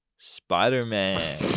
Spider-Man